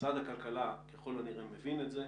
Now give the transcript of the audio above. משרד הכלכלה ככל הנראה מבין את זה,